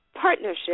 partnership